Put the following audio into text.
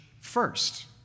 first